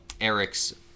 Eric's